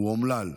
הוא אומלל.